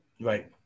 Right